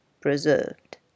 preserved